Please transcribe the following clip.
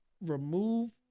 remove